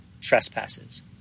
trespasses